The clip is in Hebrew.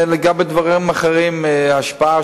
לגבי דברים אחרים, השפעת